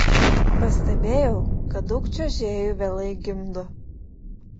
pastebėjau kad daug čiuožėjų vėlai gimdo